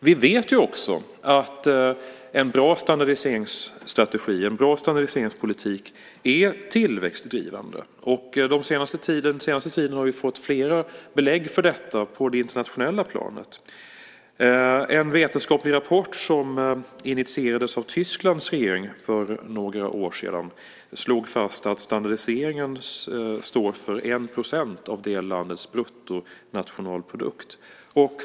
Vi vet också att en bra standardiseringsstrategi och en bra standardiseringspolitik är tillväxtdrivande. Den senaste tiden har vi fått flera belägg för detta på det internationella planet. En vetenskaplig rapport som initierades av Tysklands regering för några år sedan slog fast att standardiseringen står för 1 % av landets bruttonationalprodukt.